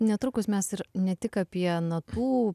netrukus mes ir ne tik apie natų